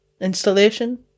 Installation